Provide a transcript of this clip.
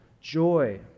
joy